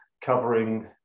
covering